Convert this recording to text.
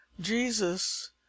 Jesus